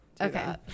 okay